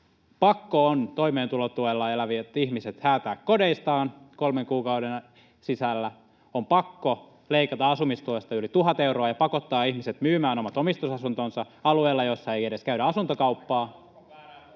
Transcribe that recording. pakko on toimeentulotuella elävät ihmiset hätää kodeistaan kolmen kuukauden sisällä, on pakko leikata asumistuesta yli tuhat euroa ja pakottaa ihmiset myymään omat omistusasuntonsa alueella, jossa ei edes käydä asuntokauppaa.